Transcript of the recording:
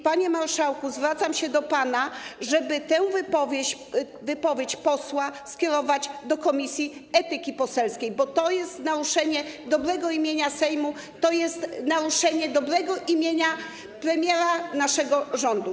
Panie marszałku, zwracam się do pana, żeby tę wypowiedź posła skierować do Komisji Etyki Poselskiej, bo to jest naruszenie dobrego imienia Sejmu, to jest naruszenie dobrego imienia premiera naszego rządu.